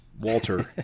Walter